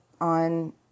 on